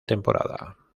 temporada